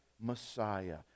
Messiah